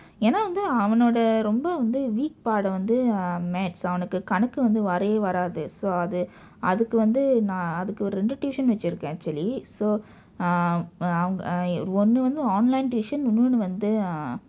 ஏன் என்றால் வந்து அவனுடைய ரொம்ப வந்து:een enraal vandthu avanudaiya rompa vandthu weak பாடம் வந்து:paadam vandthu um maths அவனுக்கு கணக்கு வந்து வரையே வராது:avanukku kanakku vandthu varayee varaathu so அது அதுக்கு வந்து நான் அதுக்கு ஒரு இரண்டு:athu athukku vandthu naan athukku oru irandu tuition வைத்திருக்கிறேன்:vaiththirukkireen actually so um ah ஒன்னு வந்து:onnu vandthu online tuition இன்னொன்னு வந்து:inonnu vandthu ah